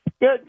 Good